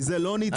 כי זה לא נתפס.